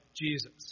Jesus